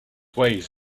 ways